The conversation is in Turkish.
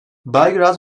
belgrad